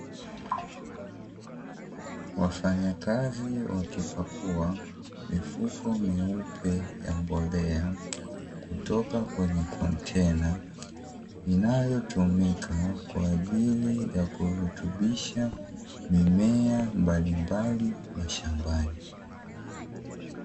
Wafanyakazi wakipakua mifuko myeupe ya mbolea, kutoka kwenye kontena, inayotumika kwa ajili ya kurutubisha mimea mbalimbali ya shambani.